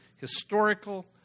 historical